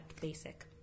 basic